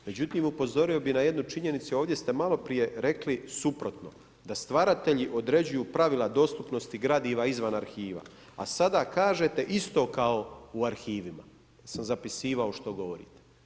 Međutim upozorio bih na jednu činjenicu, ovdje ste maloprije rekli suprotno, da stvaratelji određuju pravila dostupnosti gradiva izvan arhiva, a sada kažete isto kao i u arhivima, sam zapisivao što govorite.